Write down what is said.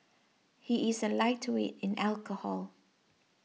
he is a lightweight in alcohol